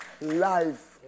life